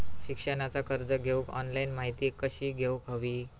शिक्षणाचा कर्ज घेऊक ऑनलाइन माहिती कशी घेऊक हवी?